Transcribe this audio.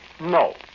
No